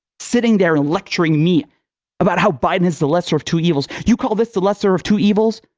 sitting there and lecturing me about how biden is the lesser of two evils, you call this the lesser of two evils?